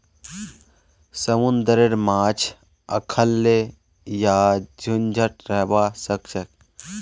समुंदरेर माछ अखल्लै या झुंडत रहबा सखछेक